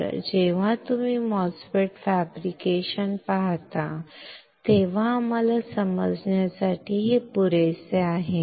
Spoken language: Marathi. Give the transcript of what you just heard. तर जेव्हा तुम्ही MOSFET फॅब्रिकेशन पाहता तेव्हा आम्हाला समजण्यासाठी हे पुरेसे आहे